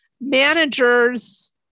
managers